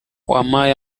wampaye